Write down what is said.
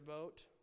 vote